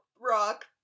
rock